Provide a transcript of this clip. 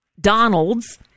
Donald's